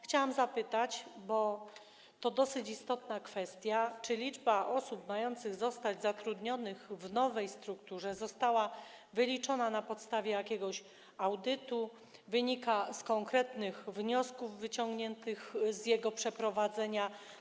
Chciałam zapytać, bo to dosyć istotna kwestia, czy liczba osób mających zostać zatrudnionych w nowej strukturze została wyliczona na podstawie jakiegoś audytu, czy wynika z konkretnych wniosków wyciągniętych z jego przeprowadzenia.